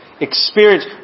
Experience